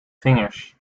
vingers